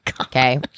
okay